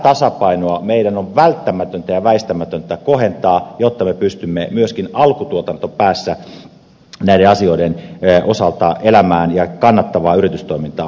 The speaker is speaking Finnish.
tätä tasapainoa meidän on välttämätöntä ja väistämätöntä kohentaa jotta me pystymme myöskin alkutuotantopäässä näiden asioiden osalta elämään ja kannattavaa yritystoimintaa harjoittamaan